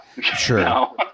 Sure